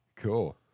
cool